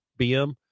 BM